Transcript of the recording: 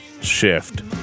shift